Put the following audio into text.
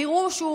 הפירוש הוא